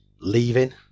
leaving